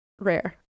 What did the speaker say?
rare